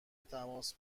تماس